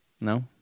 No